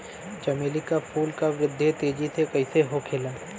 चमेली क फूल क वृद्धि तेजी से कईसे होखेला?